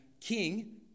king